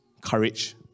Courage